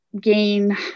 gain